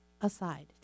aside